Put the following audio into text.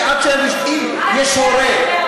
שתחייב ברישיון נהיגה,